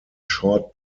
short